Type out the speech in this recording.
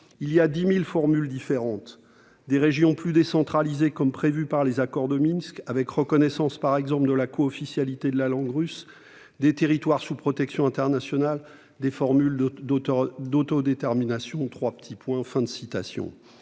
Il y a 10 000 formules différentes : des régions plus décentralisées comme prévu par les accords de Minsk, avec reconnaissance, par exemple, de la co-officialité de la langue russe, des territoires sous protection internationale, des formules d'autodétermination ...» Comment être utile